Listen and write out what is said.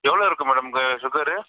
எவ்வளோ இருக்குது மேடம் க சுகரு